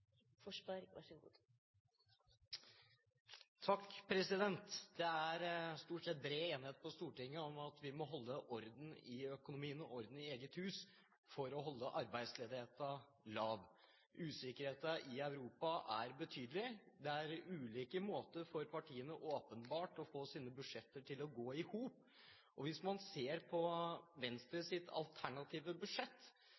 orden i eget hus for å holde arbeidsledigheten lav. Usikkerheten i Europa er betydelig. Det er åpenbart ulike måter for partiene å få sine budsjetter til å gå i hop på. Hvis man ser på